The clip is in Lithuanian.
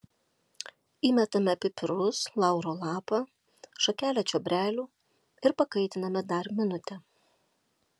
įmetame pipirus lauro lapą šakelę čiobrelių ir pakaitiname dar minutę